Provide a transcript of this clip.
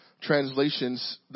translations